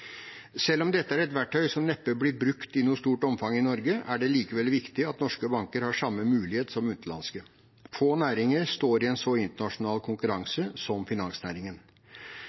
Selv om dette er et verktøy som neppe blir brukt i noe stort omfang i Norge, er det likevel viktig at norske banker har samme mulighet som utenlandske. Få næringer står i en så internasjonal konkurranse som finansnæringen.